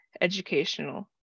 educational